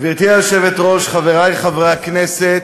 גברתי היושבת-ראש, חברי חברי הכנסת,